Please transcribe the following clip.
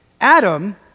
Adam